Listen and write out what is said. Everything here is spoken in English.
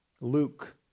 Luke